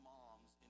Moms